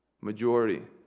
Majority